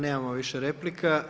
Nemamo više replika.